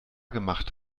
gemacht